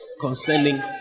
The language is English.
concerning